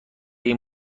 این